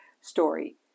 story